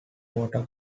porter